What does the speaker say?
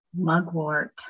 Mugwort